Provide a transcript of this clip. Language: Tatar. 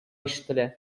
ишетелә